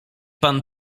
pan